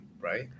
right